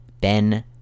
Ben